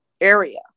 area